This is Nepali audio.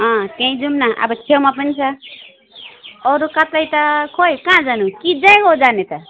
अँ त्यहीँ जाऔँ न अब छेउमा पनि छ अरू कतै छ खोइ कहाँ जानु कि जयगाउँ जाने त